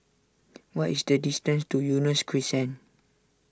what is the distance to Eunos Crescent